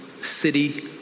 city